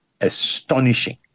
astonishing